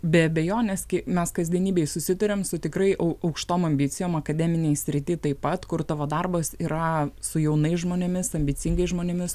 be abejonės kai mes kasdienybėj susiduriam su tikrai aukštom ambicijom akademinėj srity taip pat kur tavo darbas yra su jaunais žmonėmis ambicingais žmonėmis